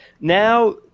now –